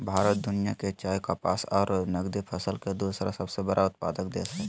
भारत दुनिया के चाय, कपास आरो नगदी फसल के दूसरा सबसे बड़ा उत्पादक देश हई